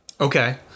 okay